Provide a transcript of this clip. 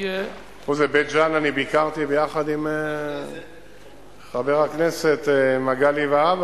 בבית-ג'ן אני ביקרתי ביחד עם חבר הכנסת מגלי והבה,